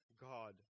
God